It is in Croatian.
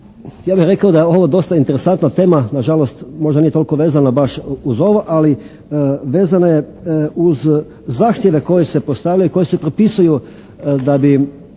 ja bih rekao da je ovo dosta interesantna tema. Nažalost, možda nije toliko vezana baš uz ovo ali vezana je uz zahtjeve koji se postavljaju i koji se propisuju da bi